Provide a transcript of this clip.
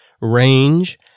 range